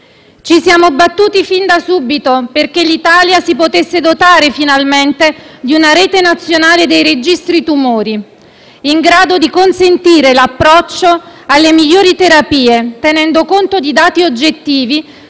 Ci siamo battuti fin da subito perché l'Italia si potesse dotare finalmente di una Rete nazionale dei registri dei tumori, in grado di consentire l'approccio alle migliori terapie, tenendo conto di dati oggettivi